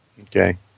Okay